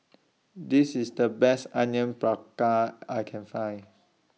This IS The Best Onion Praka I Can Find